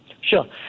Sure